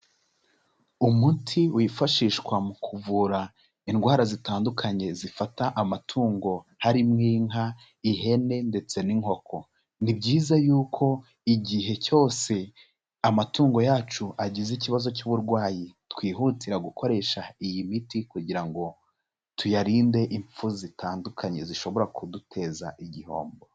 Umuti wifashishwa mu kuvura indwara zitandukanye zifata amatungo harimo inka, ihene ndetse n'inkoko, ni byiza y'uko igihe cyose amatungo yacu agize ikibazo cy'uburwayi twihutira gukoresha iyi miti kugira ngo tuyarinde impfu zitandukanye zishobora kuduteza igihombo.